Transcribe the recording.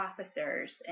officers